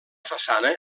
façana